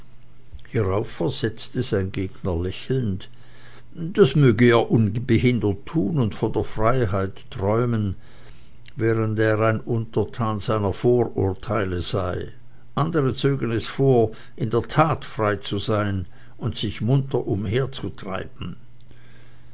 hierauf versetzte sein gegner lächelnd das möge er unbehindert tun und von der freiheit träumen während er ein untertan seiner vorurteile sei andere zögen es vor in der tat frei zu sein und sich munter umherzutreiben